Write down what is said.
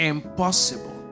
Impossible